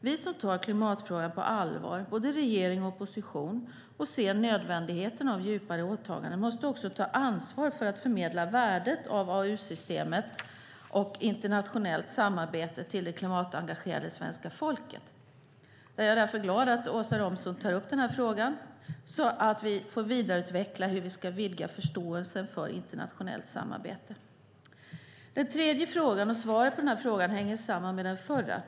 Vi som tar klimatfrågan på allvar, både regering och opposition, och ser nödvändigheten av djupare åtaganden, måste också ta ansvar för att förmedla värdet av AAU-systemet och internationellt samarbete till det klimatengagerade svenska folket. Jag är därför glad att Åsa Romson tar upp denna fråga så att vi får vidareutveckla hur vi ska vidga förståelsen för internationellt samarbete. Svaret på den tredje frågan hänger samman med den förra.